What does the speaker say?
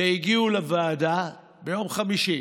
והגיעו לוועדה, ביום חמישי,